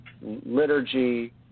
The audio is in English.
liturgy